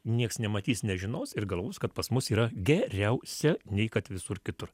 nieks nematys nežinos ir galvos kad pas mus yra geriausia nei kad visur kitur